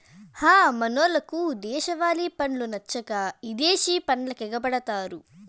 హ మనోళ్లకు దేశవాలి పండ్లు నచ్చక ఇదేశి పండ్లకెగపడతారు